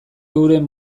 euren